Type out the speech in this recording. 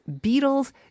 Beatles